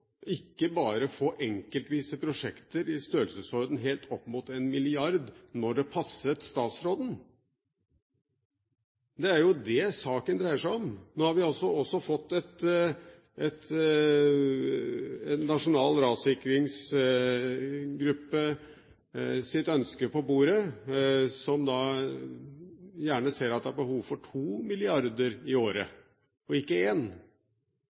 ikke bare å få enkeltvise prosjekter i størrelsesorden helt opp mot én milliard når det passer statsråden. Det er jo det saken dreier seg om. Nå har vi også fått et ønske fra en nasjonal rassikringsgruppe på bordet, som gjerne ser at det er behov for to milliarder i året – ikke